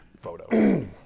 photo